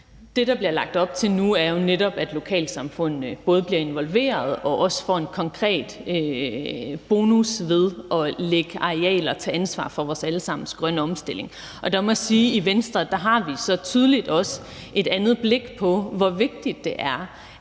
Det, der bliver lagt op til nu, er jo netop, at lokalsamfundene både bliver involveret og også får en konkret bonus ved at lægge arealer til og tage ansvar for vores alle sammens grønne omstilling. Og der må jeg sige, at vi i Venstre så tydeligt også har et andet blik på, hvor vigtigt det er,